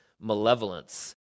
malevolence